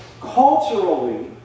culturally